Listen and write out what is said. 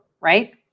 right